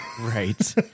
Right